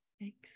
thanks